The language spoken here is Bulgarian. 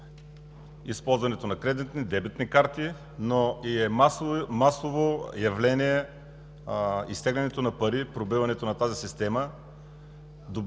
използването на кредитни и дебитни карти, но е масово явление и изтеглянето на пари, пробиването на тази система,